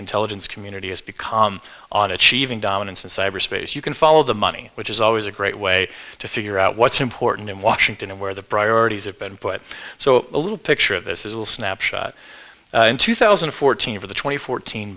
intelligence community is because on achieving dominance in cyberspace you can follow the money which is always a great way to figure out what's important in washington and where the priorities have been put so a little picture of this is a snapshot in two thousand and fourteen for the twenty fourteen